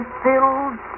filled